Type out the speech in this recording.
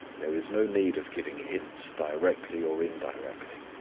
there is no need of giving hints directly or indirectly,